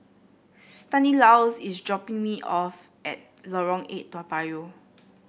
Stanislaus is dropping me off at Lorong Eight Toa Payoh